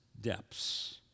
depths